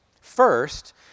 First